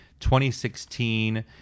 2016